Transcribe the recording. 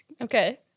okay